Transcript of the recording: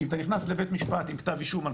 כי אם אתה נכנס לבית משפט עם כתב אישום על